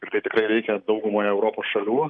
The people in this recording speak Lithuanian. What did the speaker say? ir tai tikrai reikia daugumoje europos šalių